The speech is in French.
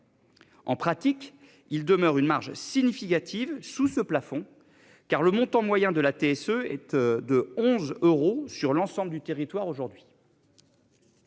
En pratique, il demeure une marge significative. Sous ce plafond car le montant moyen de la TSE et tu. De 11 euros sur l'ensemble du territoire aujourd'hui.